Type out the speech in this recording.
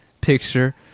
picture